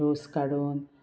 रोस काडून